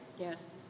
Yes